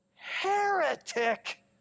Heretic